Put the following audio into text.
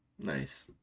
Nice